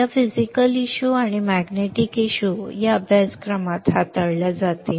या physical issue आणि magnetic issue या अभ्यासक्रमात हाताळल्या जातील